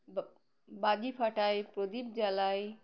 বাজি ফাটাই প্রদীপ জ্বালাই